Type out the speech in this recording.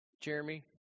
Jeremy